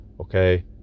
okay